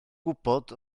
gwybod